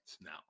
now